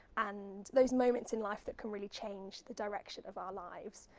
and those moments in life that can really change the directions of our lives.